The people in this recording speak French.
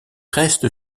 reste